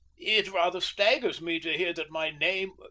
it rather staggers me to hear that my name-well,